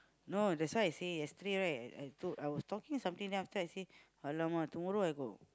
no that's why I say yesterday right I t~ I was talking something then after I say !alamak! tomorrow I got